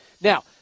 Now